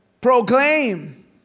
Proclaim